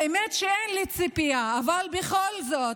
האמת היא שאין לי ציפייה, אבל בכל זאת,